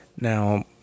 Now